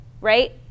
right